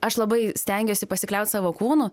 aš labai stengiuosi pasikliaut savo kūnu